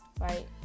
right